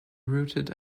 rooted